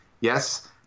Yes